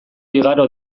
igaro